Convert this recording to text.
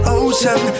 ocean